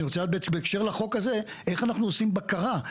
אני רוצה לדעת בהקשר לחוק הזה איך אנחנו עושים בקרה.